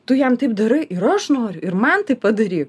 tu jam taip darai ir aš noriu ir man taip padaryk